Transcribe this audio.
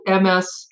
ms